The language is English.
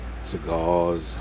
cigars